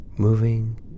moving